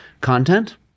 content